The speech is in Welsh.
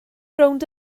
rownd